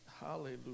hallelujah